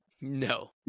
No